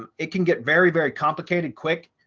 um it can get very, very complicated quick,